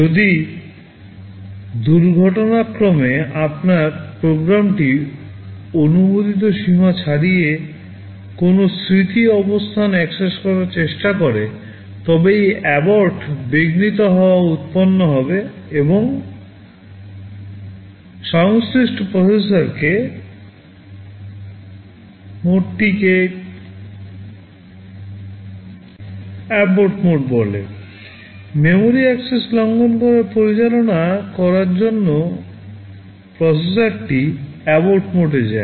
যদি দুর্ঘটনাক্রমে আপনার প্রোগ্রামটি অনুমোদিত সীমা ছাড়িয়ে কোনও স্মৃতি অবস্থান অ্যাক্সেস করার চেষ্টা করে তবে এই ABORT বিঘ্নিত হওয়া উত্পন্ন হবে এবং সংশ্লিষ্ট প্রসেসরের মোডটিকে ABORT মোড বলে মেমরি অ্যাক্সেস লঙ্ঘন পরিচালনা করার জন্য প্রসেসরটি abort মোডে যায়